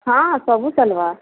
ହଁ ସବୁ ଚାଲବା